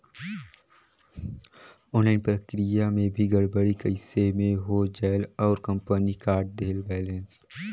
Online प्रक्रिया मे भी गड़बड़ी कइसे मे हो जायेल और कंपनी काट देहेल बैलेंस?